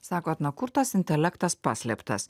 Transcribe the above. sakote na kur tas intelektas paslėptas